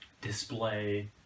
display